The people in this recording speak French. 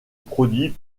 produit